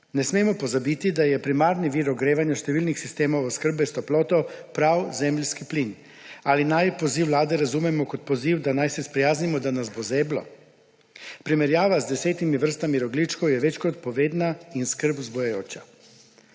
Ne smemo pozabiti, da je primarni vir ogrevanja številnih sistemov oskrbe s toploto prav zemeljski plin. Ali naj poziv Vlade razumemo kot poziv, da se naj sprijaznimo, da nas bo zeblo? Primerjava z 10 vrstami rogljičkov je več kot povedna in skrb vzbujajoča.